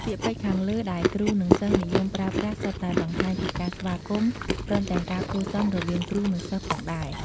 ពាក្យពេចន៍ខាងលើដែលគ្រូ និងសិស្សនិយមប្រើប្រាស់សុទ្ធតែបង្ហាញពីការស្វាគមន៍ ព្រមទាំងការគួរសមរវាងគ្រូ និង សិស្សផងដែរ។